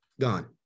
gone